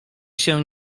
się